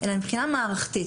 אלא מבחינה מערכתית,